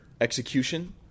execution